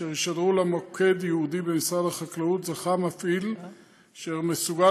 אשר ישדרו למוקד ייעודי במשרד החקלאות זכה מפעיל אשר מסוגל